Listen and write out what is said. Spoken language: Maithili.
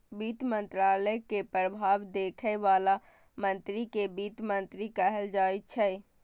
वित्त मंत्रालय के प्रभार देखै बला मंत्री कें वित्त मंत्री कहल जाइ छै